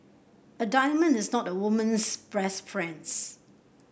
a diamond is not a woman's friend